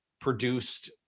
produced